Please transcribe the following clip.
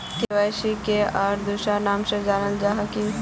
KYC के आर दोसरा नाम से जानले जाहा है की?